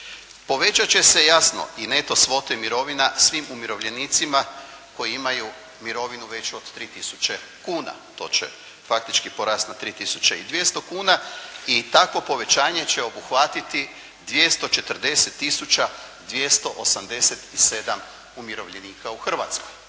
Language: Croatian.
Povećat će se jasno i neto svote mirovina svim umirovljenicima koji imaju mirovinu veću od 3000 kuna. To će faktički porasti na 3200 kuna i takvo povećanje će obuhvatiti 240287 umirovljenika u Hrvatskoj.